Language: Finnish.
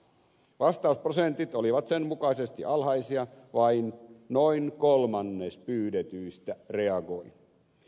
vastausprosentit olivat sen mukaisesti alhaisia vain noin kolmannes pyydetyistä reagoi